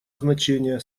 значения